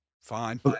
Fine